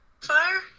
Fire